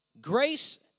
grace